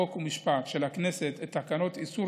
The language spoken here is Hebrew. חוק ומשפט של הכנסת את תקנות איסור